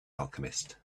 alchemist